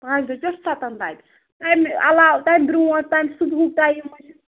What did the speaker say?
پانٛژِ بَجہِ پیٚٹھ سَتَن تانۍ امہِ علاوٕ تَمہِ برٛونٛٹھ تَمہِ صُبحُک ٹایِم ما چھُ